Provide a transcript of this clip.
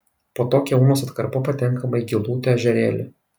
po to kiaunos atkarpa patenkama į gilūto ežerėlį